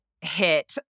hit